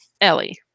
Ellie